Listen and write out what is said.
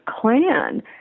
clan